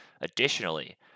Additionally